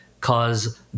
cause